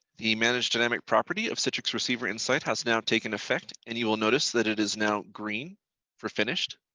the manage dynamic property of citrix receiver insight has now taken effect and you will notice that it is now green for finished.